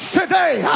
today